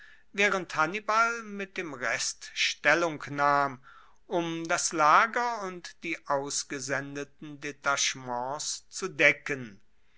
waehrend hannibal mit dem rest stellung nahm um das lager und die ausgesendeten detachements zu decken